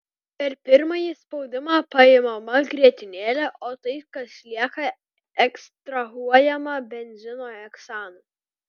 per pirmąjį spaudimą paimama grietinėlė o tai kas lieka ekstrahuojama benzino heksanu